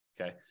okay